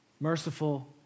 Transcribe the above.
merciful